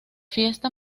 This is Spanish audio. fiesta